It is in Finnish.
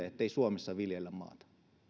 ettei myöskään suomessa viljellä maata